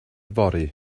fory